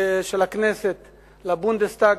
של הכנסת לבונדסטאג,